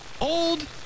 old